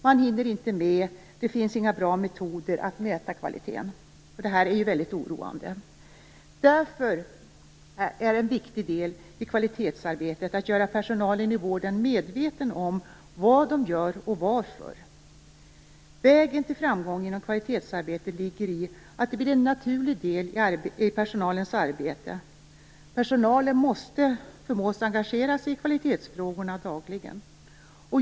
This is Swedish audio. Man hinner inte med, och det finns inga bra metoder att mäta kvaliteten. Det här är väldigt oroande. En viktig del i kvalitetssäkringsarbetet är därför att göra personalen i vården medveten om vad de gör och varför. Vägen till framgång inom kvalitetsarbetet ligger i att det blir en naturlig del i personalens arbete. Personalen måste förmås engagera sig i kvalitetsfrågorna dagligen.